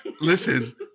Listen